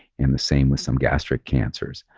and the same with some gastric cancers,